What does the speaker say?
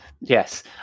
Yes